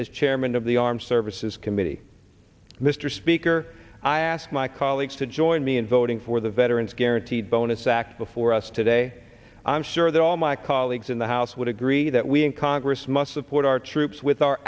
as chairman of the armed services committee mr speaker i ask my colleagues to join me in voting for the veteran's guaranteed bonus act before us today i'm sure that all my colleagues in the house would agree that we in congress must support our troops with our